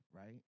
right